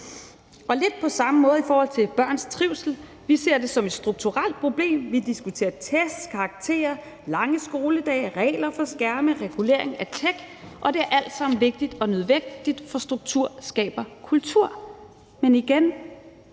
Lidt på samme måde er det i forhold til børns trivsel. Vi ser det som et strukturelt problem. Vi diskuterer test, karakterer, lange skoledage, regler for skærme, regulering af tech, og det er alt sammen vigtigt og nødvendigt, for struktur skaber kultur, men igen